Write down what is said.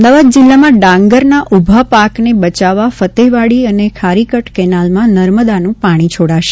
અમદાવાદ જિલ્લામાં ડાંગરના ઊભા પાકને બચાવવા ફતેવાડી અને ખારીકટ કેનાલમાં નર્મદાનું પાણી છોડાશે